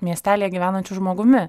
miestelyje gyvenančiu žmogumi